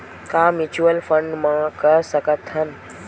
का mutual fund म कर सकत हन?